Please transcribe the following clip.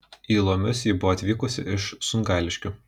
į lomius ji buvo atvykusi iš sungailiškių